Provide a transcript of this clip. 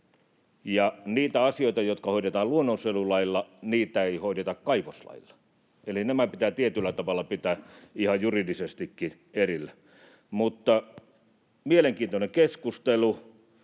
niitä asioita, jotka hoidetaan luonnonsuojelulailla, ei hoideta kaivoslailla. Eli nämä pitää tietyllä tavalla pitää ihan juridisestikin erillään. Mielenkiintoinen keskustelu,